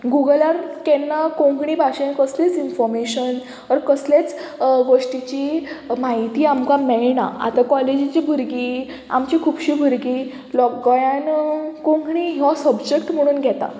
गुगलान केन्ना कोंकणी भाशेन कसलेंच इन्फॉर्मेशन ओर कसलेंच गोश्टीची म्हायती आमकां मेळना आतां कॉलेजीची भुरगीं आमची खुबशीं भुरगीं गोंयान कोंकणी हो सबजेक्ट म्हणून घेता